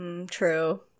True